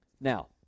Now